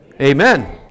amen